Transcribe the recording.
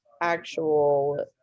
actual